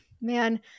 man